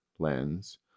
Lens